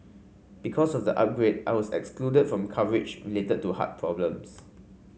because of the upgrade I was excluded from coverage related to heart problems